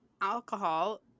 alcohol